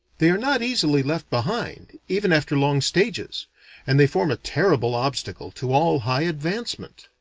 they are not easily left behind, even after long stages and they form a terrible obstacle to all high advancement.